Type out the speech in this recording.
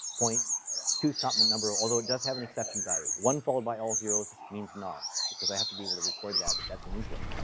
two's complement number, although it does have an exception value one followed by all zero s means nar because i have to be able to record that if that's an input.